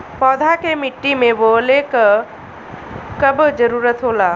पौधा के मिट्टी में बोवले क कब जरूरत होला